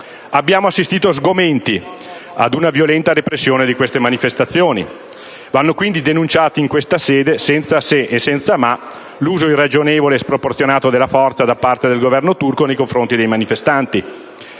Abbiamo assistito sgomenti ad una violenta repressione di queste manifestazioni. Va, quindi, denunciato in questa sede, senza se e senza ma, l'uso irragionevole e sproporzionato della forza da parte del Governo turco nei confronti dei manifestanti.